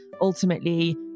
ultimately